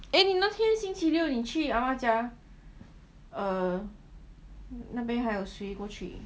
eh 那天星期六你去 ah ma 家 err 那边还有谁过去